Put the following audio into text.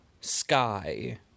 sky